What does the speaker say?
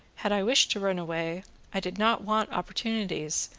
had i wished to run away i did not want opportunities,